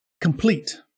complete